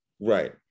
Right